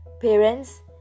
Parents